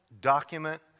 document